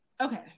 Okay